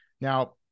Now